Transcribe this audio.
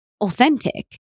authentic